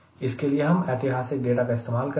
इसके लिए हम ऐतिहासिक डेटा का इस्तेमाल करेंगे